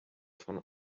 von